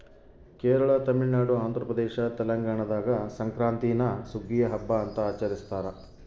ಕೇರಳ ತಮಿಳುನಾಡು ಆಂಧ್ರಪ್ರದೇಶ ತೆಲಂಗಾಣದಾಗ ಸಂಕ್ರಾಂತೀನ ಸುಗ್ಗಿಯ ಹಬ್ಬ ಅಂತ ಆಚರಿಸ್ತಾರ